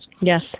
Yes